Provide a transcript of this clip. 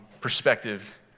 perspective